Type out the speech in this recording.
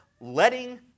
letting